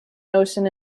notion